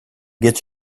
gets